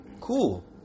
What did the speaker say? Cool